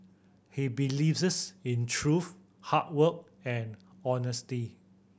he believes in truth hard work and honesty